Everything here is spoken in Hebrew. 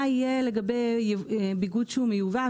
מה יהיה לגבי ביגוד שהוא מיובא?